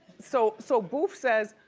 so so boof says,